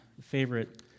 favorite